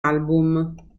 album